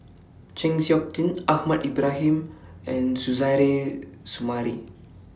Chng Seok Tin Ahmad Ibrahim and Suzairhe Sumari